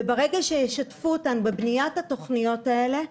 ברגע שישתפו אותנו בבניית התוכניות האלה,